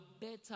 better